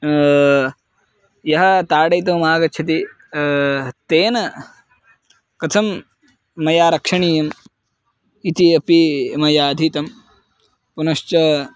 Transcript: यः ताडयितुम् आगच्छति तेन कथं मया रक्षणीयम् इति अपि मया अधीतं पुनश्च